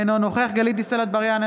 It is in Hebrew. אינו נוכח גלית דיסטל אטבריאן,